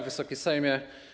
Wysoki Sejmie!